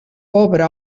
pobre